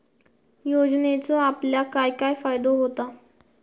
योजनेचो आपल्याक काय काय फायदो होता?